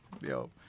yo